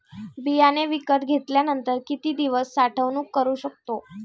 बियाणे विकत घेतल्यानंतर किती दिवस साठवणूक करू शकतो?